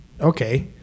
okay